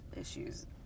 issues